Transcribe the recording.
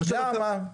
למה?